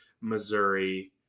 Missouri